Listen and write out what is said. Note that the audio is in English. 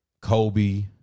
Kobe